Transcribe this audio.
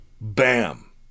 Bam